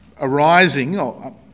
arising